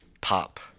pop